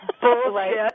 Bullshit